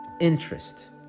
interest